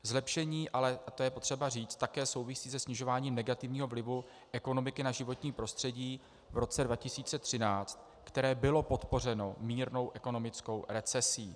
Zlepšení, a to je potřeba říct, také souvisí se snižováním negativního vlivu ekonomiky na životní prostředí v roce 2013, které bylo podpořeno mírnou ekonomickou recesí.